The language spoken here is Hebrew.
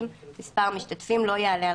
בבקשה.